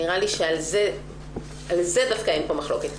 נראה לי שעל זה דווקא אין פה מחלוקת.